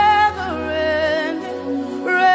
Never-ending